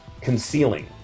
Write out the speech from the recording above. concealing